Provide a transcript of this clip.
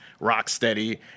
Rocksteady